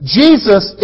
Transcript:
jesus